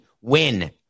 win